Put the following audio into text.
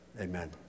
Amen